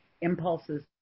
impulses